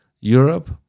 Europe